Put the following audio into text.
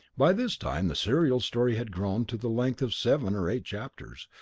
by this time the serial story had grown to the length of seven or eight chapters,